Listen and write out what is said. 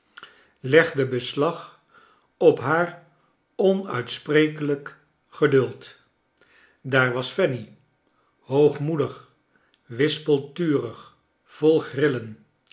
legde beslag op haar onuitsprekelijk geduld daar was fanny hoogmoedig wispelturig vol grillen